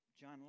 John